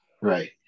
Right